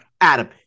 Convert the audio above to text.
Adam